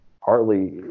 partly